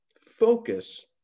focus